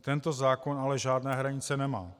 Tento zákon ale žádné hranice nemá.